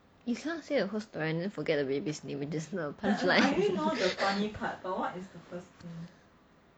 you can't say the whole and then forget the baby's name it is not a punchline